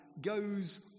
goes